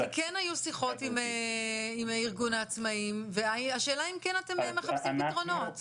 כי כן היו שיחות עם ארגוני העצמאים והשאלה אם כן אתם מחפשים פתרונות.